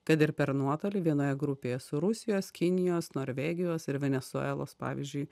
kad ir per nuotolį vienoje grupėje su rusijos kinijos norvegijos ir venesuelos pavyzdžiui